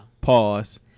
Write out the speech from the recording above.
Pause